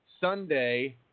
Sunday